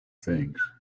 things